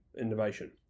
innovation